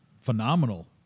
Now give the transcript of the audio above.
phenomenal